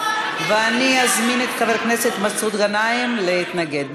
אני אזמין את חבר הכנסת מסעוד גנאים להתנגד.